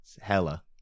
Hella